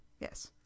Yes